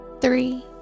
three